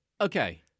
Okay